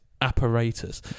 apparatus